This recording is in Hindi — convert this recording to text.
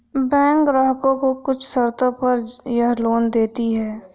बैकें ग्राहकों को कुछ शर्तों पर यह लोन देतीं हैं